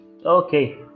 Okay